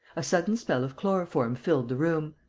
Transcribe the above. a sudden smell of chloroform filled the room.